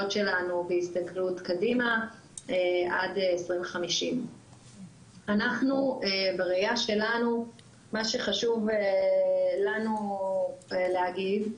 שלנו בהסתכלות קדימה עד 2050. אנחנו בראייה שלנו מה שחשוב לנו להגיד,